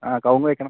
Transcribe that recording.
ആ കവുങ്ങ് വെക്കണം